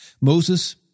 Moses